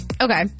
Okay